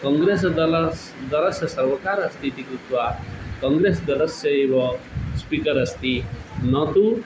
Congress दलस्य दलस्य सर्वकारः अस्ति इति कृत्वा कङ्ग्रेस् दलस्य एव स्पीकर् अस्ति न तु